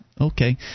Okay